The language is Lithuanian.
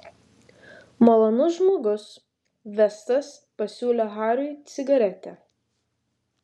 malonus žmogus vestas pasiūlė hariui cigaretę